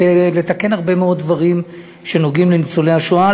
לתקן הרבה מאוד דברים שנוגעים לניצולי השואה.